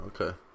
Okay